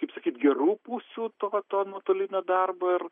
kaip sakyti gerų pusių to to nuotolinio darbo ir